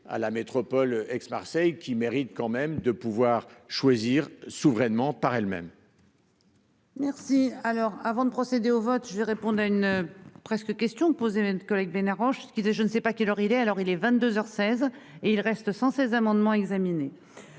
à la métropole Aix-Marseille qui mérite quand même de pouvoir choisir souverainement par elles-mêmes.-- Merci. Alors avant de procéder au vote. Je répondais à une presque question posée même collègue ben arrange, ce qui était je ne sais pas quelle heure il est. Alors il est 22h 16 et il reste sans ces amendements examinés.